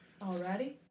Alrighty